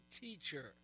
teacher